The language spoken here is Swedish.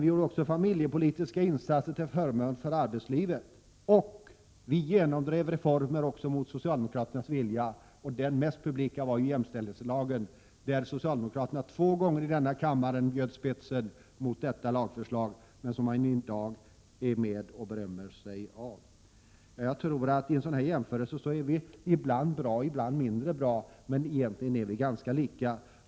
Vi gjorde också familjepolitiska insatser till förmån för arbetslivet, och vi genomdrev reformer även mot socialdemokraternas vilja. Den mest publika var jämställdhetslagen, där socialdemokraterna två gånger i denna kammare bjöd spetsen mot det lagförslaget — medan ni i dag berömmer er av att ha varit med om att genomföra den. En sådan här jämförelse visar att vi ibland är bra, ibland mindre bra — men egentligen är vi ganska lika.